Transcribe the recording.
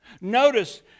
Notice